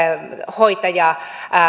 hoitaja